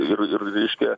ir ir reiškia